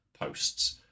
posts